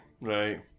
right